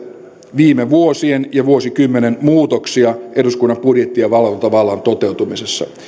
viime vuosien ja vuosikymmenen muutoksia eduskunnan budjetti ja valvontavallan toteutumisessa